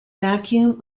vacuum